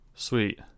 Sweet